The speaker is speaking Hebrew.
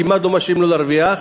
כמעט לא משאירים לו להרוויח.